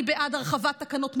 אני בעד הרחבת תקנות משנה.